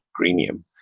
greenium